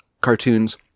cartoons